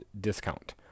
discount